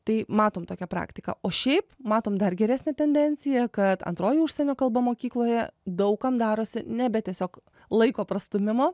tai matom tokią praktiką o šiaip matom dar geresnę tendenciją kad antroji užsienio kalba mokykloje daug kam darosi nebe tiesiog laiko prastūmimo